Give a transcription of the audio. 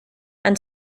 and